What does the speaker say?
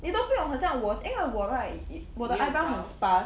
你都不用很像我因为我 right 我的 eyebrow 很 sparse